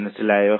മനസ്സിലായോ